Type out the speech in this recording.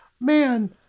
Man